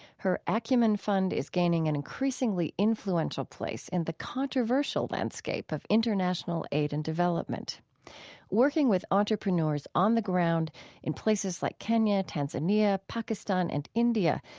her acumen fund is gaining an increasingly influential place in the controversial landscape of international aid and development working with entrepreneurs on the ground in places like kenya, tanzania, pakistan, and india,